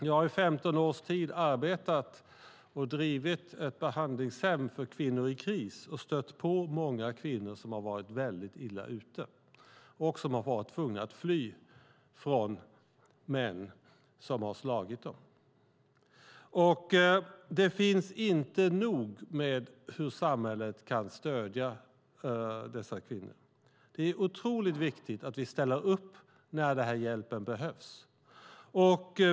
Jag har i 15 års tid drivit ett behandlingshem för kvinnor i kris och stött på många kvinnor som varit illa ute och varit tvungna att fly från män som slagit dem. Det finns inte nog med stöd samhället kan ge dessa kvinnor. Det är otroligt viktigt att vi ställer upp när denna hjälp behövs.